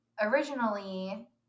originally